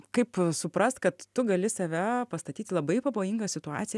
kaip suprast kad tu gali save pastatyt į labai pavojingą situaciją